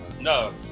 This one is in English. No